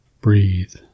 Breathe